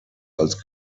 als